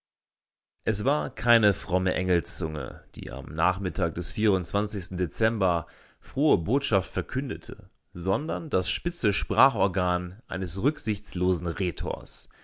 es war keine fromme engelszunge die am nachmittag des dezember frohe botschaft verkündete sondern das spitze sprachorgan eines rücksichtslosen rhetors